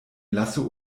lasso